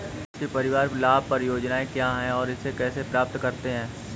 राष्ट्रीय परिवार लाभ परियोजना क्या है और इसे कैसे प्राप्त करते हैं?